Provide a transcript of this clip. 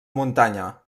muntanya